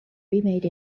remade